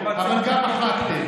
אבל גם מחקתם.